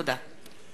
תודה.